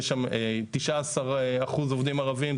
יש שם 19% עובדים ערבים.